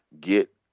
Get